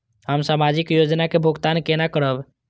हम सामाजिक योजना के भुगतान केना करब?